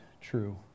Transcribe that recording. true